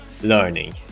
learning